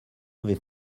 avait